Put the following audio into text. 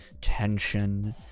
tension